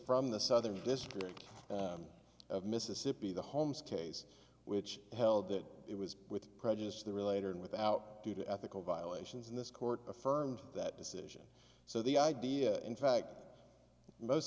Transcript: from the southern district of mississippi the homes case which held that it was with prejudice the relator and without due to ethical violations in this court affirmed that decision so the idea in fact most